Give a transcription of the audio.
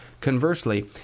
Conversely